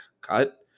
cut